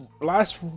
last